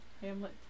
Hamlet